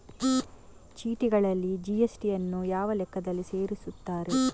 ಚೀಟಿಗಳಲ್ಲಿ ಜಿ.ಎಸ್.ಟಿ ಯನ್ನು ಯಾವ ಲೆಕ್ಕದಲ್ಲಿ ಸೇರಿಸುತ್ತಾರೆ?